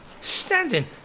standing